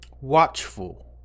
Watchful